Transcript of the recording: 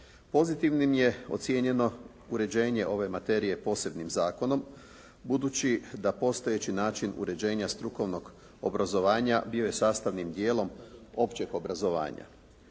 Pozitivnim je ocjenjeno uređenje ove materije posebnim zakonom, budući da postojeći način uređenja strukovnog obrazovanja bio je sastavnim djelom općeg obrazovanja.